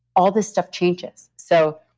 all this stuff changes. so,